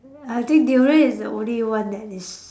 I think durian is the only one that is